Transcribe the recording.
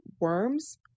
worms